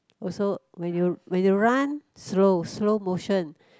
also when you when you run slow slow motion